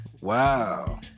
wow